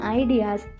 ideas